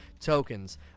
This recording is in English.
tokens